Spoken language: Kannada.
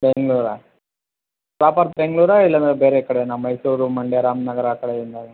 ಬೆಂಗಳೂರಾ ಪ್ರಾಪರ್ ಬೆಂಗಳೂರಾ ಇಲ್ಲ ಮೆ ಬೇರೆ ಮೈಸೂರು ಮಂಡ್ಯ ರಾಮನಗರ ಆ ಕಡೆಯಿಂದ